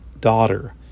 daughter